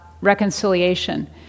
reconciliation